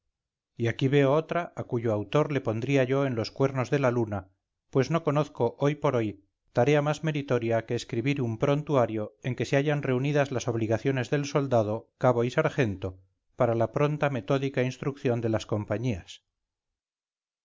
y aquí veo otra a cuyo autor le pondría yo en los cuernos de la luna pues no conozco hoy por hoy tarea más meritoria que escribir un prontuario en que se hallan reunidas las obligaciones del soldado cabo y sargento para la pronta metódica instrucción de las compañías